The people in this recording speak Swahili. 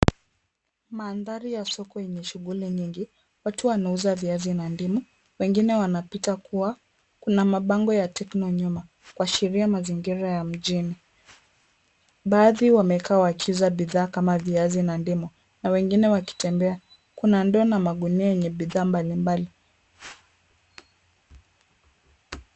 Mandhari ya soko yenye shughuli nyingi. Watu wanauza viazi na ndimu. Wengine wanapita kuwa kuna mabango ya Tecno nyuma, kuashiria mazingira ya mjini. Baadhi wamekaa wakiuza bidhaa kama viazi na ndimu na wengine wakitembea. Kuna ndoo na magunia yenye bidhaa mbali mbali.